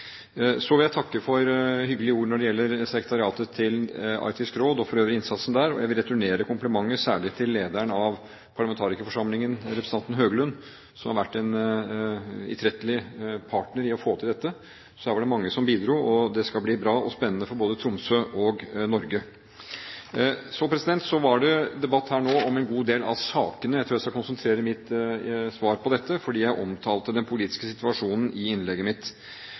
Så vil jeg takke for hyggelige ord når det gjelder sekretariatet til Arktisk Råd og for øvrig innsatsen der. Og jeg vil returnere komplimenten, særlig til lederen av parlamentarikerforsamlingen, representanten Høglund, som har vært en utrettelig partner i å få til dette. Så her var det mange som bidro, og det skal bli bra og spennende for både Tromsø og Norge. Så var det debatt her nå om en god del av sakene. Jeg tror jeg skal konsentrere mitt svar om dette, fordi jeg omtalte den politiske situasjonen i